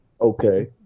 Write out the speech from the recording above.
Okay